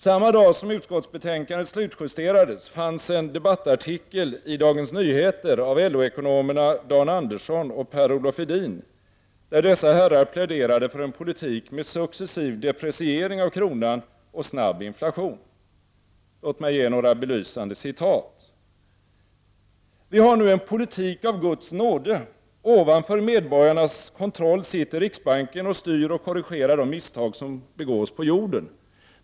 Samma dag som utskottsbetänkandet slutjusterades fanns en debattartikel i Dagens Nyheter av LO-ekonomerna Dan Andersson och Per-Olof Edin, där dessa herrar pläderade för en politik med successiv depreciering av kronan och snabb inflation. Låt mig ge några belysande citat: ”Vi har nu en politik av guds nåde, ovanför medborgarnas kontroll sitter riksbanken och styr och korrigerar de misstag som begås på jorden.